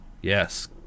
yes